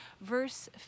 verse